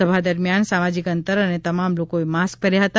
સભા દરમિયાન સામાજીક અંતર અને તમામ લોકોએ માસ્ક પહેર્યા હતા